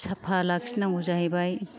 साफा लाखिनांगौ जाहैबाय